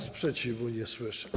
Sprzeciwu nie słyszę.